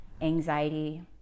anxiety